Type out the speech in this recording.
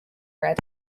read